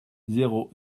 zéro